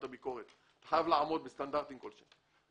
ביקורת אתה חייב לעמוד בסטנדרטים כלשהם.